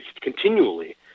continually